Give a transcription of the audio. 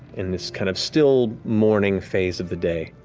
in this kind of still morning phase of the day.